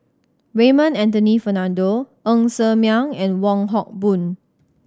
Raymond Anthony Fernando Ng Ser Miang and Wong Hock Boon